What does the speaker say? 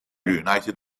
reunited